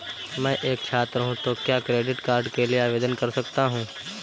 मैं एक छात्र हूँ तो क्या क्रेडिट कार्ड के लिए आवेदन कर सकता हूँ?